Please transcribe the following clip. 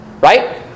Right